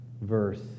verse